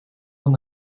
van